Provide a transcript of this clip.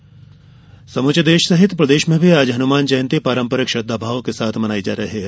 हनुमान जयंती देश सहित प्रदेश में भी आज हनुमान जयंती पारंपरिक श्रद्वाभाव से मनाई जा रही है